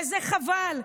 וזה חבל,